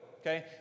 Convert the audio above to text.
okay